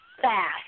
fast